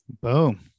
Boom